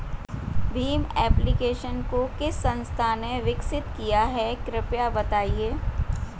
Bhim application को किस संस्था ने विकसित किया है कृपया बताइए?